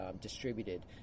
distributed